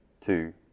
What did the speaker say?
two